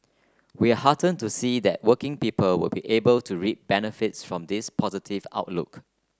we are heartened to see that working people will be able to reap benefits from this positive our a look